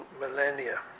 millennia